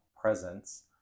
presence